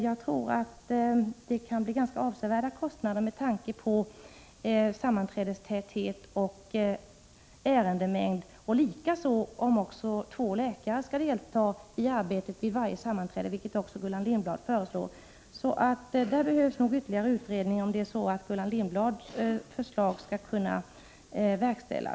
Jag tror att det kan bli ganska avsevärda kostnader med Å tanke på sammanträdestäthet och ärendemängd. Det kan det också bli om Ökat förtroende Eu två läkare skall delta i arbetet vid varje sammanträde, vilket också Gullan — ”"annainflytande i för Lindblad föreslår. Det behövs nog ytterligare utredning om Gullan Lindsäkringskassorna blads förslag skall kunna verkställas.